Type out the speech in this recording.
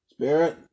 Spirit